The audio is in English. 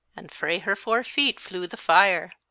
and frae her four feet flew the fire.